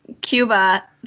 Cuba